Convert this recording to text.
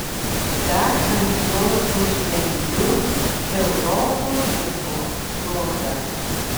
dar ant jos uždengiu europos dienos klodą